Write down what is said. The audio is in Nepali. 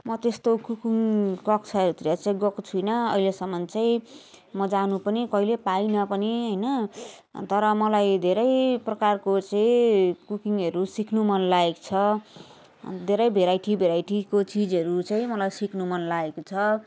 म त्यस्तो कुकिङ कक्षाहरूतिर चाहिँ गएको छुइनँ अहिलेसम्म चाहिँ म जानु पनि कहिल्यै पाइनँ पनि होइन तर मलाई धेरै प्रकारको चाहिँ कुकिङहरू सिक्नु मनलागेको छ धेरै भेराइटी भेराइटीको चिजहरू चाहिँ मलाई सिक्नु मनलागेको छ